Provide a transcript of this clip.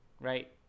right